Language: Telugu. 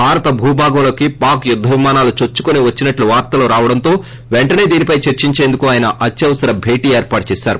భారత్ భూభాగంలోకి పాక్ యుద్గ విమానాలు చోచ్చుకొని వచ్చినట్లు వార్తలు రావడంతో వెంటనే దీనిపై చర్చించేందుకు ఆయన అత్యవసర బేటీ ఏర్పాటు చేశారు